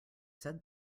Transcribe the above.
said